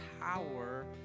power